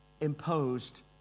imposed